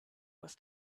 was